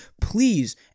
Please